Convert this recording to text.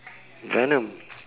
venom